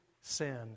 sin